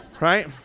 Right